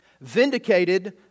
vindicated